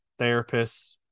therapists